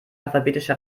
alphabetischer